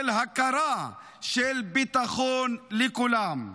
של הכרה, של ביטחון לכולם.